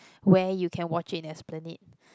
where you can watch it in Esplanade